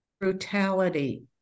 brutality